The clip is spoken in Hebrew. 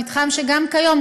מתחם שגם כיום,